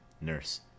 Nurse